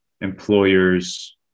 employer's